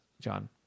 John